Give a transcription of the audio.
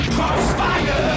Crossfire